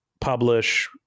publish